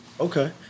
Okay